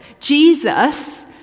Jesus